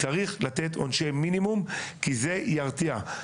צריך לתת עונשי מינימום כי זה ירתיע.